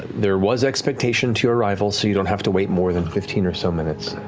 there was expectation to your arrival so you don't have to wait more than fifteen or so minutes